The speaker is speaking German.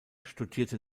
studierte